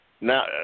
Now